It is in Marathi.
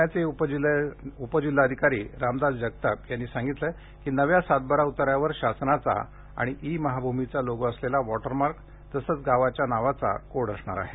पूण्याचे उपजिल्हाधिकारी रामदास जगताप यांनी याविषयी माहिती देताना सांगितलं की नव्या सात बारा उताऱ्यावर शासनाचा आणि ई महाभूमीचा लोगो असलेला वॉटरमार्क तसंच गावाच्या नावाचा कोड असणार आहे